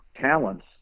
talents